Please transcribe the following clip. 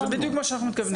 זה בדיוק מה שאנחנו מתכוונים.